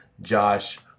Josh